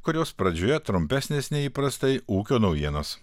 kurios pradžioje trumpesnės nei įprastai ūkio naujienos